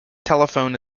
telephone